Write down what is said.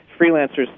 freelancers